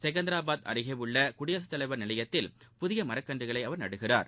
செகந்திராபாத் அருகே உள்ள குடியரசுத்தலைவர் நிலையத்தில் புதிய மரக்கன்றுகளை அவர் நடுகிறார்